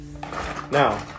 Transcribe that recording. now